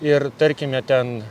ir tarkime ten